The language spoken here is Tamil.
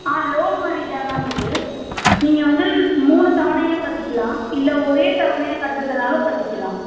ஆ லோன் மாதிரி தான் மேம் இது நீங்கள் வந்து மூணு தவணையாக கட்டிக்கலாம் இல்லை ஒரே தவணையாக கட்டுறதுனாலும் கட்டிக்கலாம்